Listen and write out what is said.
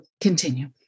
continue